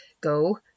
go